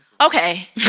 Okay